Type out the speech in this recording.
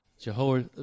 Jehovah